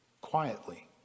quietly